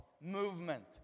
movement